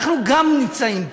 אנחנו גם נמצאים פה.